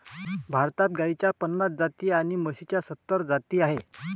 भारतात गाईच्या पन्नास जाती आणि म्हशीच्या सतरा जाती आहेत